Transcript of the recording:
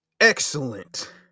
Excellent